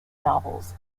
novels